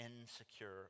insecure